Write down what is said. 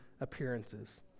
appearances